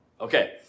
Okay